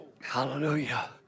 Hallelujah